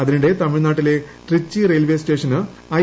അതിനിടെ തമിഴ്നാട്ടിലെ ട്രിച്ചി റെയിൽവേ സ്റ്റേഷന് ഐ